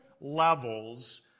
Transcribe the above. levels